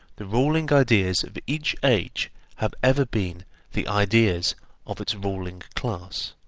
the ruling ideas of each age have ever been the ideas of its ruling class.